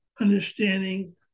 understanding